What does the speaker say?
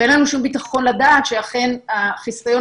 ואין לנו שום ביטחון לדעת שאכן החיסיון